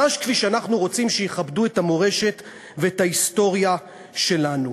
ממש כפי שאנחנו רוצים שיכבדו את המורשת ואת ההיסטוריה שלנו.